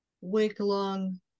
week-long